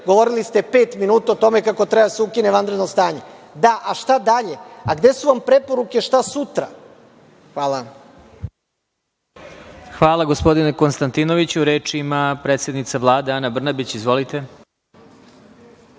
govorili ste pet minuta o tome kako treba da se ukine vanredno stanje. Da, a šta dalje? Gde su vam preporuke šta sutra? Hvala. **Vladimir Marinković** Hvala, gospodine Konstantinoviću. Reč ima predsednica Vlade, Ana Brnabić. Izvolite.